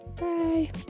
Bye